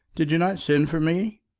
did you not send for me?